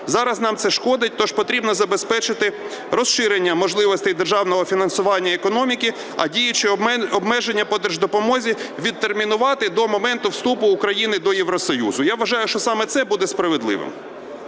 Зараз нам це шкодить. Тож потрібно забезпечити розширення можливостей державного фінансування економіки, а діючі обмеження по держдопомозі відтермінувати до моменту вступу України до Євросоюзу. Я вважаю, що саме це буде справедливим.